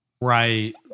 Right